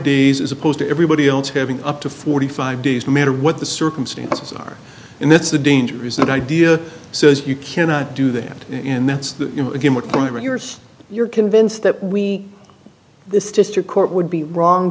days as opposed to everybody else having up to forty five days no matter what the circumstances are and that's the danger is that idea so you cannot do that in that's the point of yours you're convinced that we this district court would be wrong